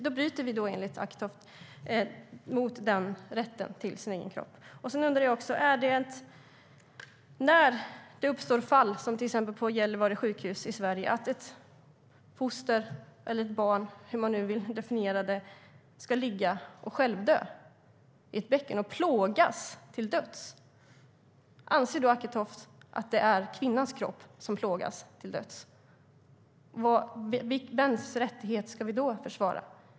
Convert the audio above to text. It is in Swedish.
Då bryter vi enligt Acketoft mot den rätten till sin egen kropp. När det uppstår fall i Sverige som till exempel på Gällivare sjukhus att ett foster eller ett barn, hur man nu vill definiera det, ska ligga och självdö i ett bäcken och plågas till döds, anser då Acketoft att det är kvinnans kropp som plågas till döds? Vems rättighet ska vi då försvara?